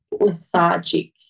lethargic